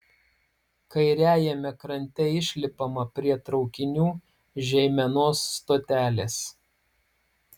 kairiajame krante išlipama prie traukinių žeimenos stotelės